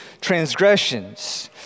transgressions